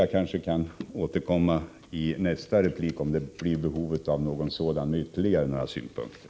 Jag kan kanske återkomma i nästa replik, om det blir nödvändigt med någon sådan, med ytterligare synpunkter.